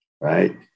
Right